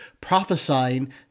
prophesying